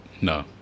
No